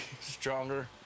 stronger